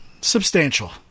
substantial